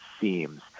seems